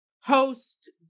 host